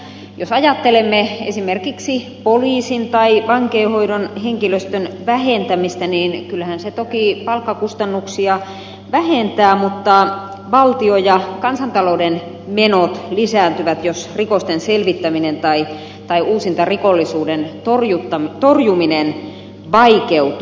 jos ajattelemme esimerkiksi poliisin tai vankeinhoidon henkilöstön vähentämistä niin kyllähän se toki palkkakustannuksia vähentää mutta valtion ja kansantalouden menot lisääntyvät jos rikosten selvittäminen tai uusintarikollisuuden torjuminen vaikeutuu